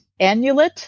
Annulet